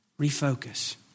refocus